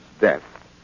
death